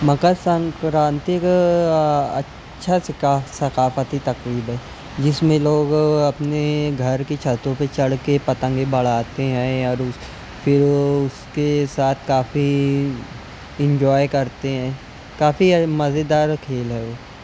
مکر سنکرانتی کو اچھا ثقافتی تقریب ہے جس میں لوگ اپنے گھر کی چھتوں پہ چڑھ کے پتنگیں بڑھاتے ہیں اور اس پھر اس کے ساتھ کافی انجوائے کرتے ہیں کافی مزیدار کھیل ہے وہ